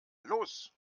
los